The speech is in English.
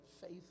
faith